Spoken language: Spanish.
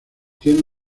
tiene